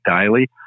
daily